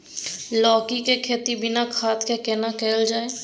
लौकी के खेती बिना खाद के केना कैल जाय?